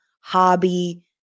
hobby